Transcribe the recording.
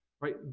right